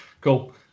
Cool